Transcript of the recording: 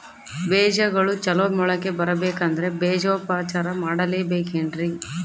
ಬೇಜಗಳು ಚಲೋ ಮೊಳಕೆ ಬರಬೇಕಂದ್ರೆ ಬೇಜೋಪಚಾರ ಮಾಡಲೆಬೇಕೆನ್ರಿ?